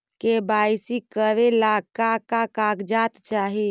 KYC करे ला का का कागजात चाही?